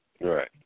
Right